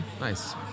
Nice